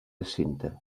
cinta